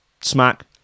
smack